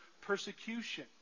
persecution